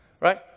Right